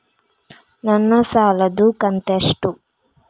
ನನ್ನ ಸಾಲದು ಕಂತ್ಯಷ್ಟು?